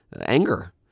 anger